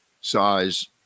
size